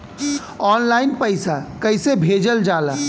Online पैसा कैसे भेजल जाला?